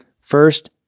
First